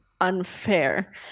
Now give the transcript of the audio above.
unfair